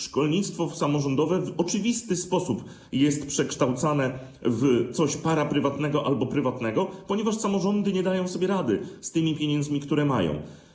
Szkolnictwo samorządowe w oczywisty sposób jest przekształcane w coś paraprywatnego albo prywatnego, ponieważ samorządy nie dają sobie rady z tymi pieniędzmi, które mają.